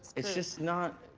it's just not,